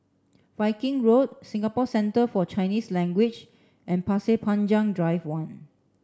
Viking Road Singapore Centre For Chinese Language and Pasir Panjang Drive One